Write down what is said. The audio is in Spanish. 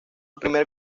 primer